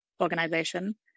organization